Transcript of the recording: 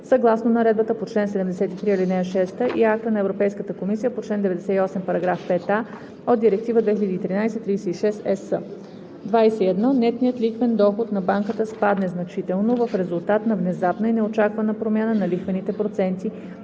съгласно наредбата по чл. 73, ал. 6 и акта на Европейската комисия по чл. 98, параграф 5а от Директива 2013/36/ЕС; 21. нетният лихвен доход на банката спадне значително в резултат на внезапна и неочаквана промяна на лихвените проценти,